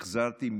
החזרתי,